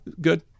Good